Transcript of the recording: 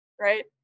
right